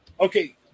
okay